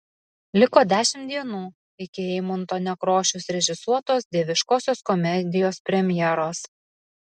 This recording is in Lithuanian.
liko dešimt dienų iki eimunto nekrošiaus režisuotos dieviškosios komedijos premjeros